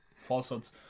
falsehoods